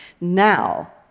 now